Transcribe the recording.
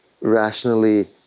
rationally